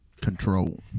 Control